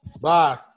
Bye